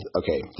okay